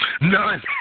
None